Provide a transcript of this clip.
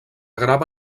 grava